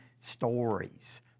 stories